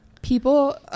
people